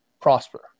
prosper